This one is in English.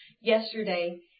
yesterday